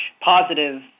positive